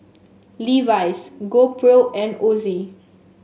Levi's GoPro and Ozi